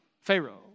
Pharaoh